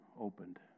Opened